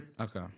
Okay